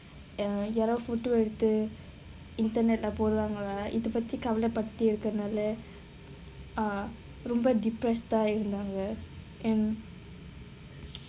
யாரோ:yaaro photo எடுத்து:eduthu internet போடுவாங்களா இத பத்தி கவலை பட்டுட்டே இருக்கறதுனால:poduvaangalaa itha pathi kavalai pattuttae irukkarathunaala uh ரொம்ப:romba depressed இருந்தாங்க:irunthaanga and